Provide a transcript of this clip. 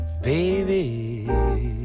baby